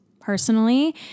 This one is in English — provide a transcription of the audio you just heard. Personally